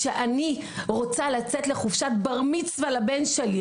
כשאני רוצה לצאת לחופשת בר מצוה לבן שלי,